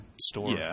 store